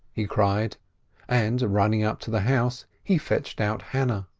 he cried and, running up to the house, he fetched out hannah.